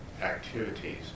activities